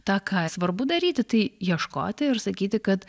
tą ką svarbu daryti tai ieškoti ir sakyti kad